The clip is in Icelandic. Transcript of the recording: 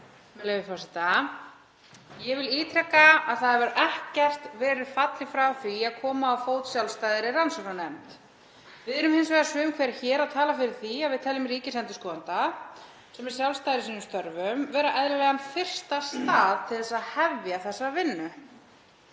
„Ég vil ítreka að það hefur ekkert verið fallið frá því að koma á fót sjálfstæðri rannsóknarnefnd. Við erum hins vegar sum hver hér að tala fyrir því að við teljum ríkisendurskoðanda, sem er sjálfstæður í sínum störfum, vera eðlilegan fyrsta stað til þess að hefja þessa vinnu.“